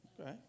okay